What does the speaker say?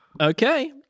Okay